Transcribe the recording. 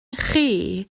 chi